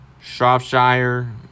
Shropshire